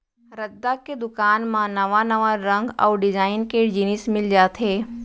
रद्दा के दुकान म नवा नवा रंग अउ डिजाइन के जिनिस मिल जाथे